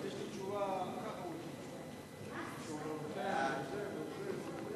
ההצעה להפוך את הצעת חוק סיוע חוץ לארגוני מגזר שלישי במדינות